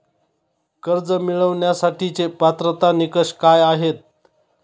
कर्ज मिळवण्यासाठीचे पात्रता निकष काय आहेत?